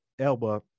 elba